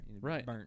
Right